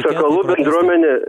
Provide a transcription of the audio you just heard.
sakalų bendruomenė